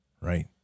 right